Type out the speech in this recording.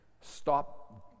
stop